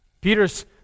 Peter's